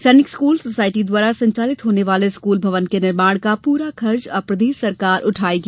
सैनिक school society द्वारा संचालित होने वाले स्कूल भवन के निर्माण का पूरा खर्च अब प्रदेश सरकार को वहन करना होगा